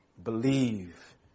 believe